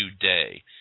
today